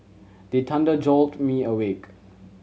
the thunder jolt me awake